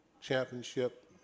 championship